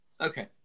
Okay